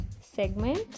segment